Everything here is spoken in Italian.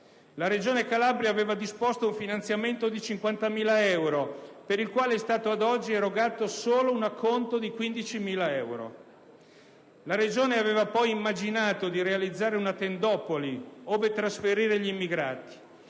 La Regione Calabria aveva disposto un finanziamento di 50.000 euro, per il quale è stato ad oggi erogato solo un acconto di 15.000 euro. La Regione aveva poi immaginato di realizzare una tendopoli ove trasferire gli immigrati,